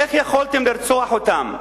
איך יכולתם לרצוח אותם?